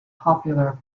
popular